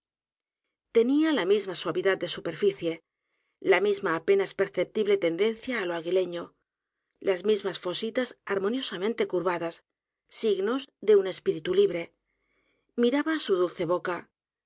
tenía la misma suavidad de superficie la misma apenas perceptible tendencia á lo aguileno las mismas fositas armoniosamente curvadas signos de un espíritu edgar pob novelas y cuentos libre miraba su dulce boca